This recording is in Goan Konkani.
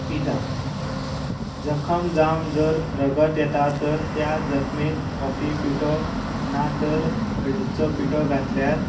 पिता जखम जावन जर रगत येता तर त्या जखमेक कॉफी पिठो ना तर हळदीचो पिठो घातल्यार